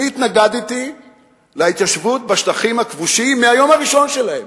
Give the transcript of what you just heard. אני התנגדתי להתיישבות בשטחים הכבושים מהיום הראשון שלהם,